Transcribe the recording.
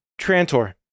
Trantor